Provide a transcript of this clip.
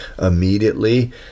immediately